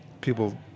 people